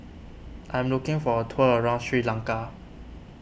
I am looking for a tour around Sri Lanka